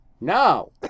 No